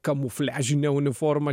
kamufliažine uniforma